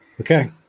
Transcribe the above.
okay